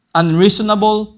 unreasonable